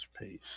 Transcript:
pace